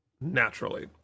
naturally